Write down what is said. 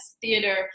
theater